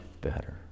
better